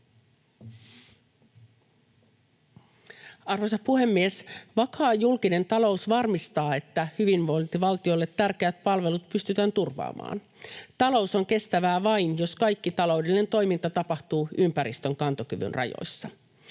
Arvoisa puhemies! Vakaa julkinen talous varmistaa, että hyvinvointivaltiolle tärkeät palvelut pystytään turvaamaan. Talous on kestävää vain, jos kaikki taloudellinen toiminta tapahtuu ympäristön kantokyvyn rajoissa.